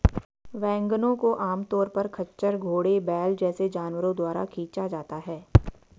वैगनों को आमतौर पर खच्चर, घोड़े, बैल जैसे जानवरों द्वारा खींचा जाता है